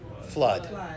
flood